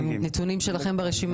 נתונים שלכם ברשימה?